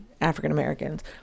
African-Americans